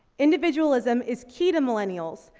individualism is key to millennials,